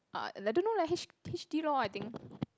uh I don't know leh H H_D lor I think